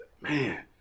Man